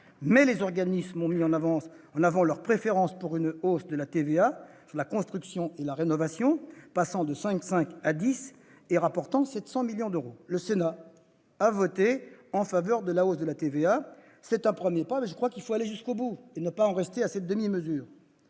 mais les organismes ont mis en avant leur préférence pour une hausse du taux de la TVA sur la construction et la rénovation. Une augmentation de ce taux de 5,5 % à 10 % rapporterait 700 millions d'euros. Le Sénat a voté en faveur de cette hausse de TVA. C'est un premier pas, mais il faut aller jusqu'au bout et ne pas en rester à cette demi-mesure.